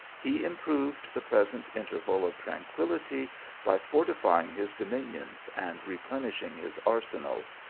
he improved the present interval of tranquil lity by fortifying his dominions and replenishing his arsenals,